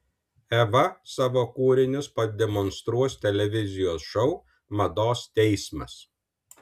eva savo kūrinius pademonstruos televizijos šou mados teismas